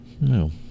no